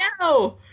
no